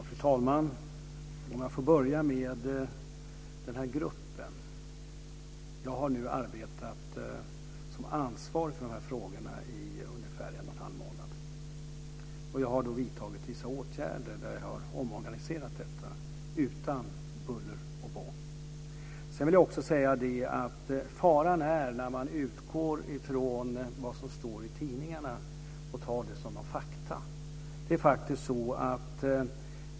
Fru talman! Om jag får börja med den här gruppen, har jag nu arbetat som ansvarig för de här frågorna i ungefär en och en halv månad. Jag har vidtagit vissa åtgärder där jag har omorganiserat detta, utan buller och bång. Det ligger en fara i att utgå från vad som står i tidningarna och ta det som fakta.